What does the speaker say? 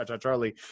charlie